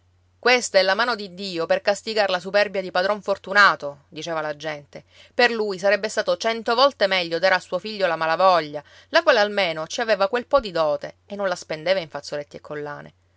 questa è la mano di dio per castigar la superbia di padron fortunato diceva la gente per lui sarebbe stato cento volte meglio dare a suo figlio la malavoglia la quale almeno ci aveva quel po di dote e non la spendeva in fazzoletti e collane